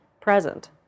present